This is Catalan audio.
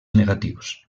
negatius